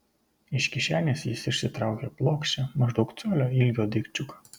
iš kišenės jis išsitraukė plokščią maždaug colio ilgio daikčiuką